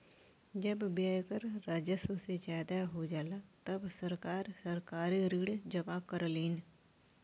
जब व्यय कर राजस्व से ज्यादा हो जाला तब सरकार सरकारी ऋण जमा करलीन